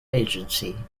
agency